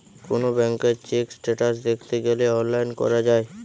কোন ব্যাংকার check status দ্যাখতে গ্যালে অনলাইন করা যায়